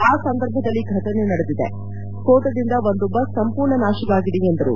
ಆ ಸಂದರ್ಭದಲ್ಲಿ ಫಟನೆ ನಡೆದಿದೆ ಸ್ಪೋಟದಿಂದ ಒಂದು ಬಸ್ ಸಂಪೂರ್ಣ ನಾಶವಾಗಿದೆ ಎಂದರು